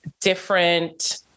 different